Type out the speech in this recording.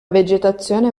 vegetazione